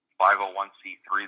501c3